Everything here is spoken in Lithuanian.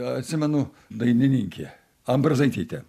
atsimenu dainininkė ambrazaitytė